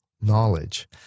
knowledge